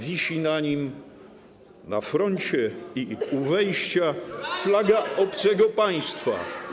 Wisi na nim, na froncie i u wejścia, flaga obcego państwa.